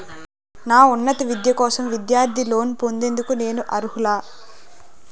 నా ఉన్నత విద్య కోసం విద్యార్థి లోన్ పొందేందుకు నేను అర్హులా?